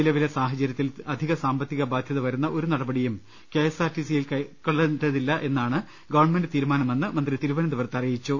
നിലവിലെ സാഹ ചര്യത്തിൽ അധിക സാമ്പത്തിക ബാധൃത്യവരുന്ന ഒരു നടപടിയും കെ എസ് ആർ ടി സിയിൽ കൈകൊള്ള ണ്ടതില്ല എന്നാണ് ഗവൺമെന്റ് തീരുമാനമെന്ന് മന്ത്രി തിരുവനന്തപുരത്ത് അറിച്ചു